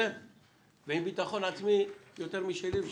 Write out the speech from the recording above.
ועם ביטחון עצמי יותר משלי ושלכם.